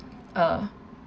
uh